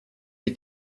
die